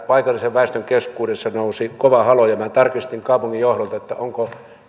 paikallisen väestön keskuudessa nousi kova haloo minä tarkistin kaupungin johdolta onko